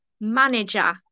manager